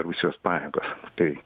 rusijos pajėgos tai